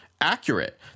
accurate